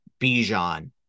Bijan